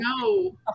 No